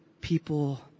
people